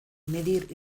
medir